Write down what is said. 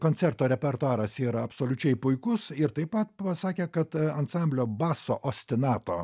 koncerto repertuaras yra absoliučiai puikus ir taip pat pasakė kad ansamblio basso ostinato